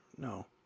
No